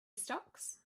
stocks